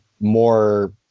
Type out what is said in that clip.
more